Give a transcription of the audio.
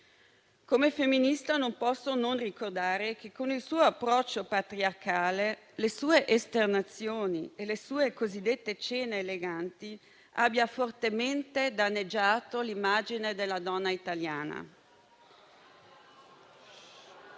Come femminista non posso non ricordare che con il suo approccio patriarcale, le sue esternazioni e le sue cosiddette cene eleganti abbia fortemente danneggiato l'immagine della donna italiana.